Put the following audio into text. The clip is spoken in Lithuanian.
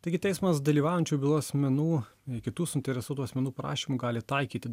taigi teismas dalyvaujančių byloj asmenų ir kitų suinteresuotų asmenų prašymu gali taikyti